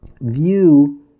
view